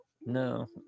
No